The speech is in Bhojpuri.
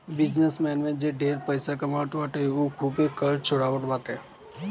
बिजनेस में जे ढेर पइसा कमात बाटे उ खूबे कर चोरावत बाटे